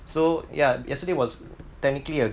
so ya yesterday was technically a